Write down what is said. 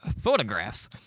photographs